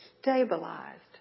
stabilized